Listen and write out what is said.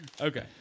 Okay